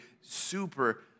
super